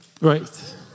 Right